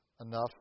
enough